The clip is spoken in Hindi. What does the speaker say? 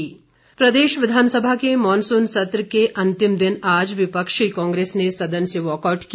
वाकआउट प्रदेश विधानसभा के मानसून सत्र के अंतिम दिन आज विपक्षी कांग्रेस ने सदन से वाकआउट किया